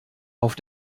auf